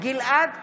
גלעד קריב,